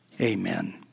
Amen